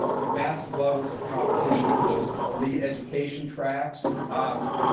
you have massive levels of competition for those elite education tracks. um